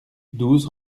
douze